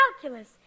calculus